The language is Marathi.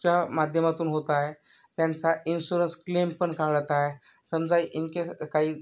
च्या माध्यमातून होत आहे त्यांचा इन्शुरन्स क्लेम पण काढत आहे समजा इन केस आता काही